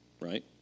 right